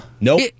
Nope